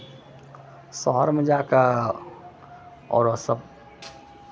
शहरमे जा कऽ औरतसभ